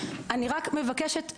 אני רק מבקשת,